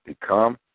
become